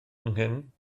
nghyn